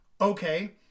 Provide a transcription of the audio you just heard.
Okay